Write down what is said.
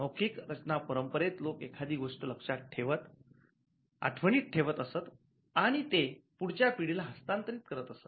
मौखिक रचना परंपरेत लोक एखादी गोष्ट लक्षातआठवणी ठेवत असत आणि ते पुढच्या पिढीला हस्तांतरित करत असत